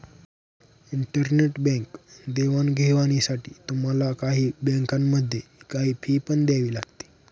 internet bank देवाणघेवाणीसाठी तुम्हाला काही बँकांमध्ये, काही फी पण द्यावी लागते